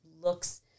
looks